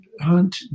Hunt